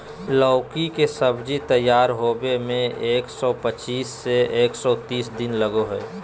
लौकी के सब्जी तैयार होबे में एक सौ पचीस से एक सौ तीस दिन लगा हइ